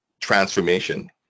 transformation